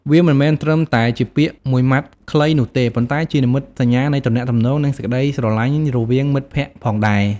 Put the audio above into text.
វាមិនមែនត្រឹមតែជាពាក្យមួយម៉ាត់ខ្លីនោះទេ ប៉ុន្តែជានិមិត្តសញ្ញានៃទំនាក់ទំនង និងសេចក្ដីស្រលាញ់រវាងមិត្តភក្ដិផងដែរ។